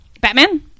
Batman